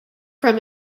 from